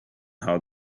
how